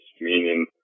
Meaning